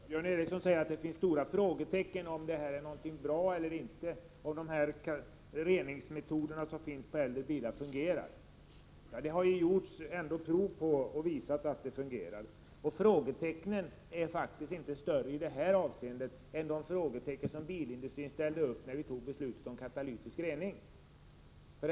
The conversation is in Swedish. Herr talman! Björn Ericson säger att det finns stora frågetecken för huruvida de reningsmetoder som finns för äldre bilar fungerar. Men det har ändå gjorts prov, som visar att det fungerar. Och frågetecknen är faktiskt inte större i det här avseendet än de frågetecken som bilindustrin ställde upp när vi tog beslutet om katalytisk avgasrening på nya bilar.